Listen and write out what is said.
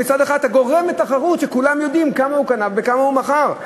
ומצד אחר אתה גורם לתחרות כשכולם יודעים בכמה הוא קנה ובכמה הוא מכר.